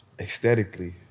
aesthetically